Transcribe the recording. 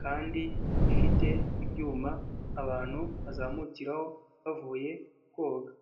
kandi ifite ibyuma abantu bazamukiraho bavuye koga.